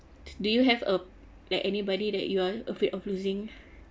do you have a like anybody that you are afraid of losing